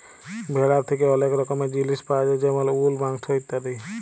ভেড়া থ্যাকে ওলেক রকমের জিলিস পায়া যায় যেমল উল, মাংস ইত্যাদি